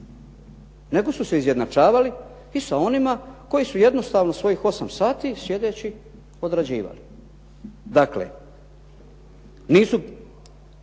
nego su se izjednačavali i sa onima koji su jednostavno svojih 8 sati sjedeći odrađivali. Dakle, nisu